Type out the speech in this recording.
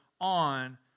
on